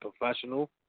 professional